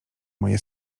moje